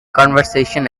conversation